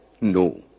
No